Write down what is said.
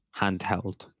Handheld